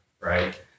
Right